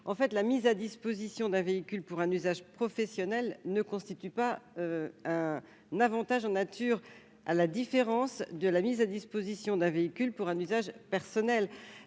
: la mise à disposition d'un véhicule pour un usage professionnel ne constitue pas un avantage en nature, à la différence d'une mise à disposition d'un véhicule pour un usage personnel.